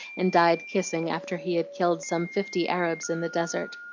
and died kissing, after he had killed some fifty arabs in the desert.